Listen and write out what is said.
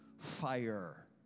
fire